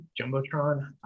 Jumbotron